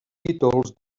títols